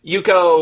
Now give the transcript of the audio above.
Yuko